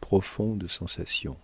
profonde sensation